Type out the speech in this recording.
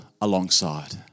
alongside